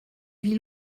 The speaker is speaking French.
vie